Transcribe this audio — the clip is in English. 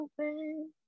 open